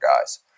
guys